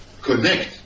connect